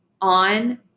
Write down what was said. on